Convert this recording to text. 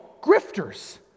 grifters